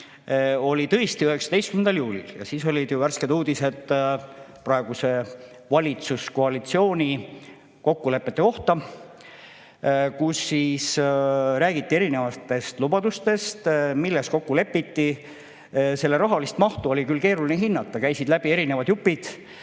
tõesti 19. juulil. Siis olid ju värsked uudised praeguse valitsuskoalitsiooni kokkulepete kohta, kus räägiti erinevatest lubadustest. Selle rahalist mahtu oli küll keeruline hinnata, käisid läbi erinevad jupid,